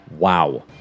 Wow